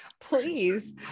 please